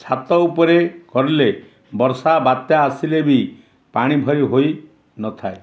ଛାତ ଉପରେ କରିଲେ ବର୍ଷା ବାତ୍ୟା ଆସିଲେ ବି ପାଣି ଭରି ହୋଇନଥାଏ